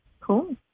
Cool